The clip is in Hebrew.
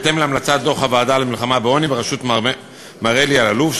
בהתאם להמלצת דוח הוועדה למלחמה בעוני בראשות מר אלי אלאלוף,